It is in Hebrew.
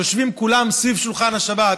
יושבים כולם סביב שולחן השבת.